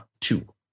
two